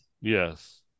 Yes